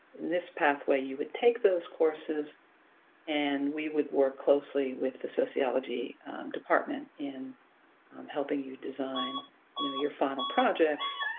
this pathway, you would take those courses and we would work closely with the sociology department in um helping you design you know your final projects,